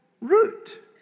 root